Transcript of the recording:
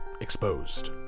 exposed